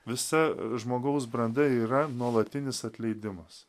visa žmogaus branda yra nuolatinis atleidimas